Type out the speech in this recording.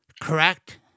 Correct